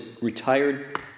retired